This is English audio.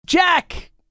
Jack